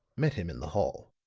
met him in the hall.